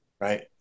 right